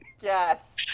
Yes